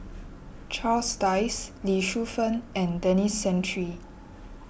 Charles Dyce Lee Shu Fen and Denis Santry